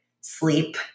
sleep